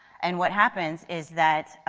and what happens, is that